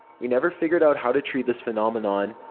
we never figured out how to treat this phenomenom.